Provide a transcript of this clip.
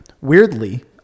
Weirdly